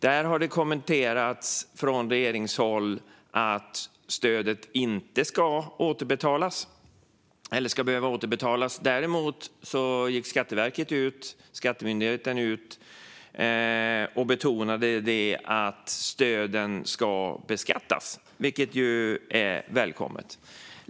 Man har från regeringshåll kommenterat att stödet inte ska behöva återbetalas. Däremot har Skatteverket gått ut och betonat att stöden ska beskattas, vilket är välkommet.